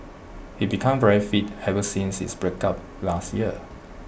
he became very fit ever since his breakup last year